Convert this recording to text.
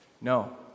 no